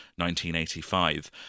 1985